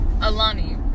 Alani